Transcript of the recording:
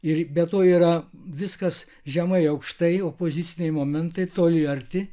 ir be to yra viskas žemai aukštai opoziciniai momentai toli arti